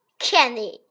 Candy